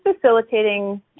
facilitating